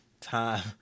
time